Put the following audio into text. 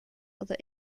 other